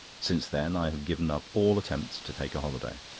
since then i have given up all attempts to take a holiday.